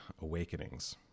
awakenings